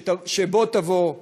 שבוא תבוא,